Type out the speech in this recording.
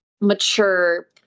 mature